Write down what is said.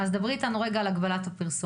אז דברי איתנו רגע על הגבלת הפרסום.